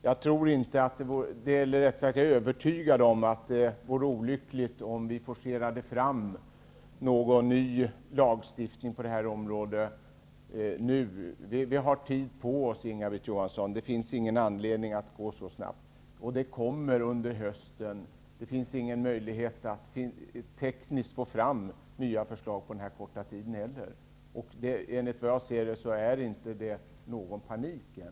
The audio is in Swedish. Jag är övertygad om att det vore olyckligt om vi forcerade fram någon ny lagstiftning på det här området nu. Vi har tid på oss, Inga-Britt Johansson. Det finns ingen anledning att gå snabbare fram. Förslag kommer under hösten. Det finns heller ingen möjlighet att tekniskt få fram nya förslag på den här korta tiden. Som jag ser det, är det inte någon panik än.